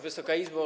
Wysoka Izbo!